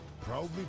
Proudly